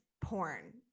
porn